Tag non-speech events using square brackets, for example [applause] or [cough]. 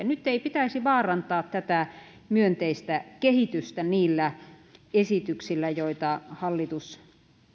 [unintelligible] nyt ei pitäisi vaarantaa tätä myönteistä kehitystä niillä esityksillä joita hallitus